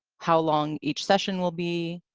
how long each session will be,